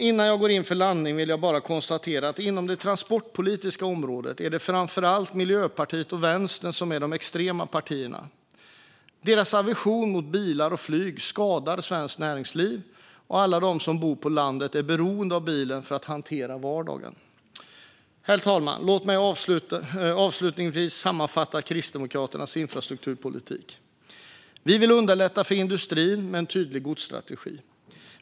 Innan jag går in för landning vill jag bara konstatera att inom det transportpolitiska området är det framför allt Miljöpartiet och Vänstern som är de extrema partierna. Deras aversion mot bilar och flyg skadar svenskt näringsliv och alla dem som bor på landet och är beroende av bilen för att hantera vardagen. Herr talman! Låt mig avslutningsvis sammanfatta Kristdemokraternas infrastrukturpolitik: Vi vill underlätta för industrin med en tydlig godsstrategi.